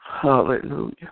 Hallelujah